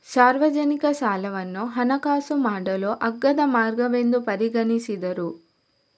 ಸಾರ್ವಜನಿಕ ಸಾಲವನ್ನು ಹಣಕಾಸು ಮಾಡಲು ಅಗ್ಗದ ಮಾರ್ಗವೆಂದು ಪರಿಗಣಿಸಿದರು